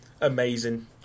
Amazing